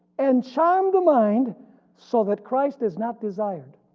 and charm the mind so that christ is not desired.